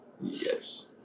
Yes